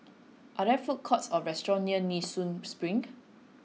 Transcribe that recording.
are there food courts or restaurants near Nee Soon Spring